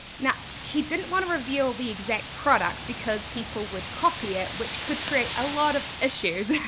now, he didn't want to reveal the exact product because people would copy it, which could create a lot of issues,